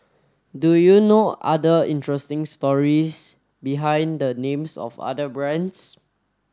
do you know other interesting stories behind the names of other brands